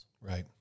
Right